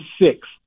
six